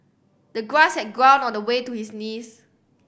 the grass had grown all the way to his knees